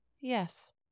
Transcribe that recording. Yes